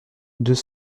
deux